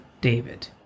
David